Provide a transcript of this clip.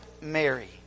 Mary